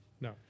no